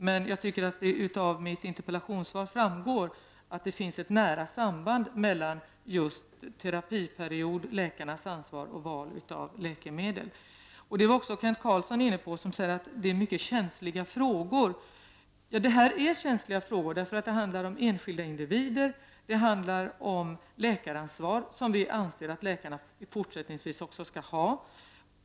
Men jag tycker att det av mitt interpellationssvar framgår att det finns ett nära samband mellan terapiperiod, läkarnas ansvar och deras val av läkemedel. Det var också Kent Carlsson inne på, och han sade att det är mycket känsliga frågor. Ja, det här är känsliga frågor därför att det handlar om enskilda individer och om läkaransvar — som vi anser att läkarna fortsättningsvis också skall ha.